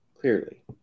clearly